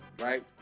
Right